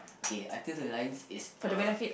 okay Until the Lions is a